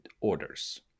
orders